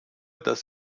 das